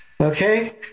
Okay